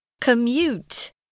Commute